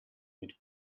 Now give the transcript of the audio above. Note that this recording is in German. mit